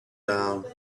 out